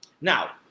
Now